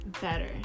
Better